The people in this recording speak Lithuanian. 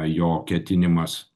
jo ketinimas